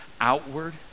outward